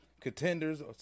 contenders